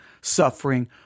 suffering